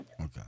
Okay